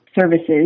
services